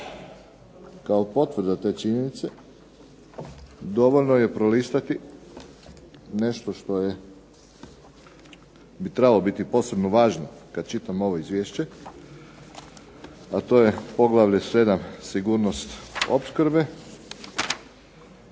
Kao potvrda te činjenice dovoljno je prolistati nešto što bi trebalo biti posebno važno kad čitamo ovo izvješće, a to je Poglavlje 7. – Sigurnost opskrbe